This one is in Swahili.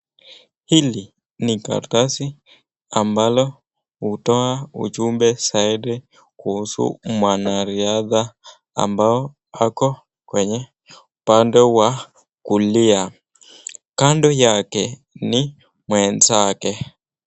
Hili ni karatasi ambalo hutoa ujumbe zaidi kuhusu mwanariadha ambaye ako kwenye upande wa kulia. Kando yake ni mwenzake.